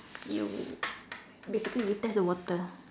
you basically you test the water